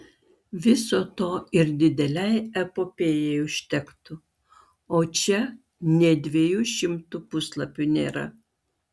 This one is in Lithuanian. viso to ir didelei epopėjai užtektų o čia nė dviejų šimtų puslapių nėra